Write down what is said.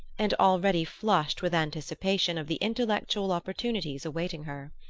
and already flushed with anticipation of the intellectual opportunities awaiting her.